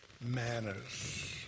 manners